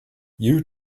you